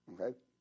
Okay